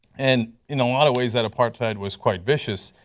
and in a lot of ways that apartheid was quite vicious.